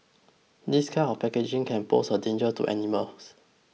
this kind of packaging can pose a danger to animals